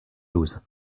douze